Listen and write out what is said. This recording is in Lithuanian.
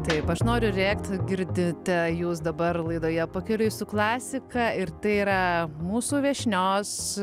taip aš noriu rėkti girdite jūs dabar laidoje pakeliui su klasika ir tai yra mūsų viešnios